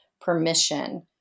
permission